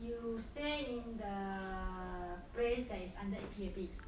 you stay in the place that is under P_A_P